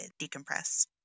decompress